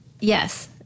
Yes